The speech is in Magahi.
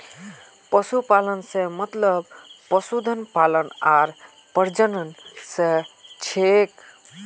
पशुपालन स मतलब पशुधन पालन आर प्रजनन स छिके